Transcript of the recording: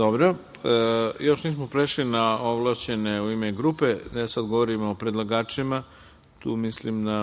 Dobro. Još nismo prešli na ovlašćene u ime grupe, sad govorimo o predlagačima. Tu mislim na